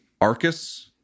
Arcus